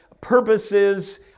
purposes